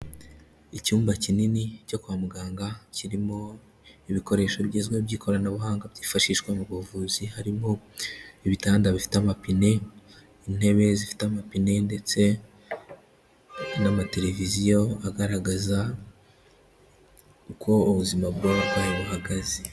Icyumba kinini cyo kwa muganga kirimo ibikoresho bigezweho by'ikoranabuhanga byifashishwa mu buvuzi harimo ibitanda bifite amapine, intebe zifite amapine ndetse n'amateleviziyo agaragaza uko ubuzima bw'abarwayi buhagaze.